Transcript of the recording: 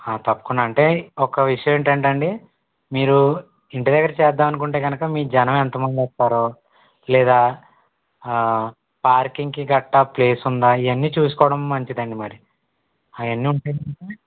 ఆ తప్పకుండా అంటే ఒక విషయం ఏంటంటే అండి మీరు ఇంటి దగ్గర చేద్దాం అనుకుంటే కనుక మీ జనం ఎంతమంది వస్తారో లేదా పార్కింగ్కి గట్ట ప్లేస్ ఉందా ఇవన్నీ చూసుకోవడం మంచిదండి మరి అయన్ని ఉంటే కనుక